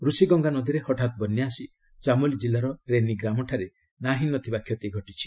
ଋଷିଗଙ୍ଗା ନଦୀରେ ହଠାତ୍ ବନ୍ୟା ଆସି ଚାମୋଲି ଜିଲ୍ଲାର ରେନି ଗ୍ରାମଠାରେ ନାହିଁନଥିବା କ୍ଷତି ଘଟାଇଛି